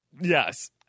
Yes